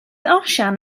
osian